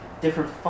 different